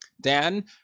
Dan